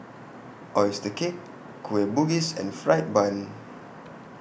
Oyster Cake Kueh Bugis and Fried Bun